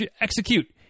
execute